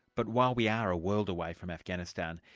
but while we are a world away from afghanistan,